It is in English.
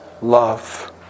love